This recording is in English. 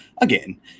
again